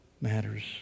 matters